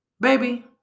Baby